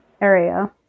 area